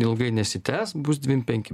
ilgai nesitęs bus dvim penki